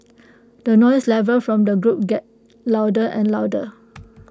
the noise level from the group got louder and louder